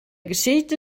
geschichte